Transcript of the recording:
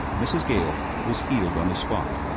mrs. gale was healed on the spot.